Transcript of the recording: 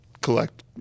collect